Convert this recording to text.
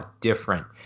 different